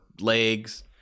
legs